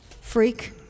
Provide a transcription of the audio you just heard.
freak